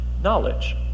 knowledge